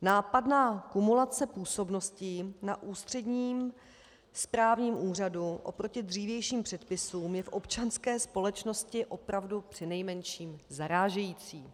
Nápadná kumulace působností na ústředním správním úřadu oproti dřívějším předpisům je v občanské společnosti opravdu přinejmenším zarážející.